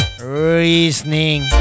Reasoning